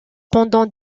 pendant